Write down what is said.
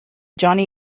johnny